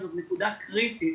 זאת נקודה קריטית